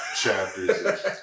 chapters